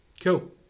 Cool